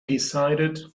decided